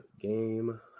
Game